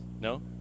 No